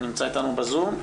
שלום.